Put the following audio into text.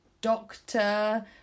doctor